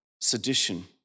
sedition